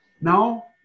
Now